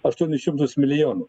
aštuonis šimtus milijonų